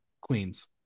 queens